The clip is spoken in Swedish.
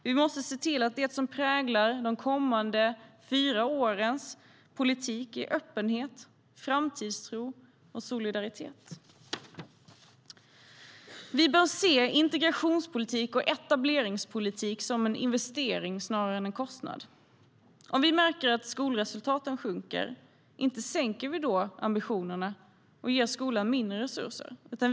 Vi måste se till att det som präglar politiken de kommande fyra åren är öppenhet, framtidstro och solidaritet. Vi bör se integrationspolitik och etableringspolitik som en investering snarare än en kostnad. Inte sänker vi ambitionerna och ger skolan mindre resurser om vi märker att skolresultaten sjunker.